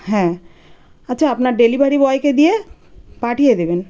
হ্যাঁ আচ্ছা আপনার ডেলিভারি বয়কে দিয়ে পাঠিয়ে দেবেন